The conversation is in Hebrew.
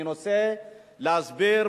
אני רוצה להסביר,